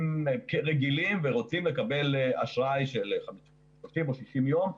רגילים ורוצים לקבל אשראי של 50 או 60 ימים.